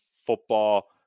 football